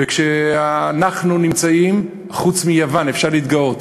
וכשאנחנו נמצאים, חוץ מיוון, אפשר להתגאות: